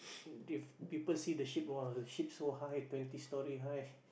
if people see the ship !wah! the ship so high twenty storey high